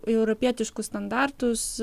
į europietiškus standartus